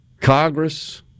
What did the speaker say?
Congress